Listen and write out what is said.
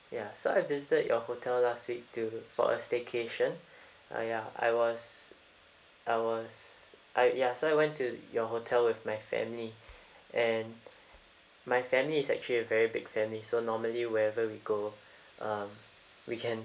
ya so I visited your hotel last week to for a staycation uh ya I was I was I ya so I went to your hotel with my family and my family is actually a very big family so normally wherever we go uh we can